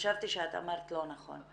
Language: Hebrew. אוקיי, חשבתי שאמרת "לא נכון".